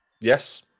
yes